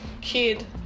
kid